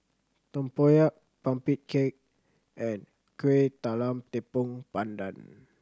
tempoyak pumpkin cake and Kueh Talam Tepong Pandan